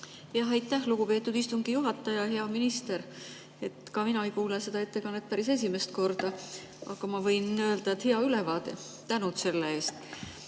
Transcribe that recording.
Aitäh, lugupeetud istungi juhataja! Hea minister! Ka mina ei kuule seda ettekannet päris esimest korda. Aga ma võin öelda, et hea ülevaade, aitäh selle eest!